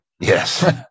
Yes